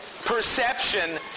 perception